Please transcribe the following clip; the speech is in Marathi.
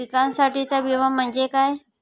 पिकांसाठीचा विमा म्हणजे काय?